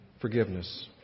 forgiveness